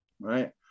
right